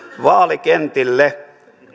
vaalikentille